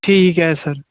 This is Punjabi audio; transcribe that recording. ਠੀਕ ਹੈ ਸਰ